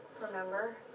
Remember